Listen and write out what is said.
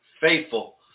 faithful